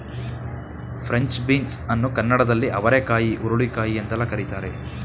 French beans ಅನ್ನು ಕನ್ನಡದಲ್ಲಿ ಅವರೆಕಾಯಿ ಹುರುಳಿಕಾಯಿ ಎಂದೆಲ್ಲ ಕರಿತಾರೆ